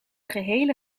gehele